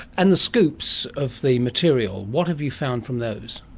and the scoops of the material, what have you found from those?